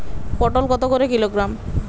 পটল কত করে কিলোগ্রাম?